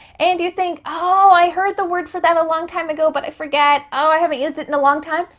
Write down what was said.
and you think, oh, i heard the word for that a long time ago but i forget. oh, i haven't used it in a long time.